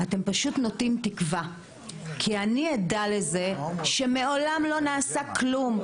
אתם פשוט נוטעים תקווה כי אני עדה לזה שמעולם לא נעשה כלום,